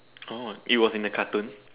oh it was in the cartoon